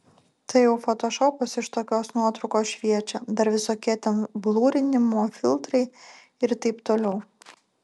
tai jau fotošopas iš tokios nuotraukos šviečia dar visokie ten blurinimo filtrai ir taip toliau